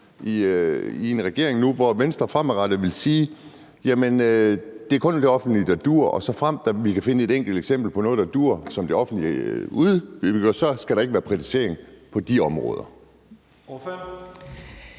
i en regering, hvor Venstre fremadrettet vil sige, at det kun er det offentlige, der duer, og at der, såfremt vi kan finde et enkelt eksempel på noget, der duer, som det offentlige gør, så ikke skal være privatisering på de områder?